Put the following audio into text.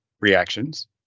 reactions